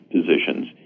positions